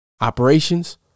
Operations